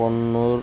Ponnuru